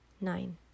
nine